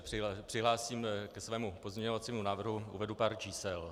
Dřív než se přihlásím ke svému pozměňovacímu návrhu, uvedu pár čísel.